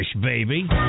baby